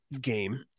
game